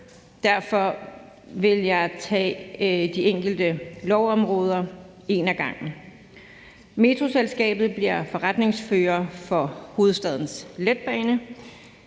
Derfor vil jeg tage de enkelte lovområder et ad gangen. Metroselskabet bliver forretningsfører for Hovedstadens Letbane,